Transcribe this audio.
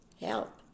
help